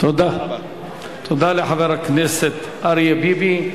תודה לחבר הכנסת אריה ביבי.